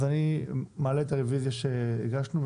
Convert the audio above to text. אז אני מעלה את הרוויזיה שהגשנו,